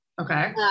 Okay